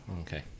Okay